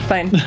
Fine